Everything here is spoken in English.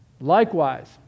Likewise